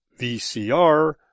VCR